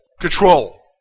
Control